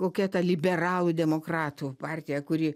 kokia ta liberalų demokratų partija kuri